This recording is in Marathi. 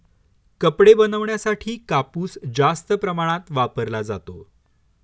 कपडे बनवण्यासाठी कापूस जास्त प्रमाणात वापरला जातो